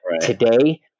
today